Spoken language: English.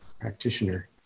practitioner